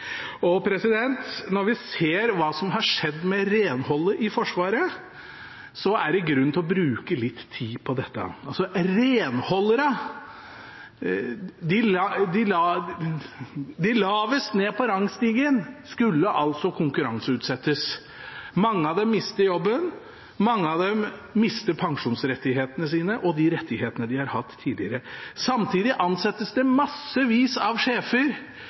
Når vi ser hva som har skjedd med renholdet i Forsvaret, er det grunn til å bruke litt tid på dette. Renholderne – lavest nede på rangstigen – skulle altså konkurranseutsettes. Mange av dem mister jobben, mange av dem mister pensjonsrettighetene sine og de rettighetene de har hatt tidligere. Samtidig ansettes det massevis av sjefer